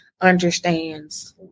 understands